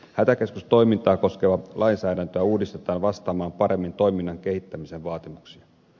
hätäkeskustoimintaa koskevaa lainsäädäntöä uudistetaan vastaamaan paremmin toiminnan kehittämisen vaatimuksia